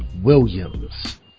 Williams